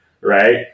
right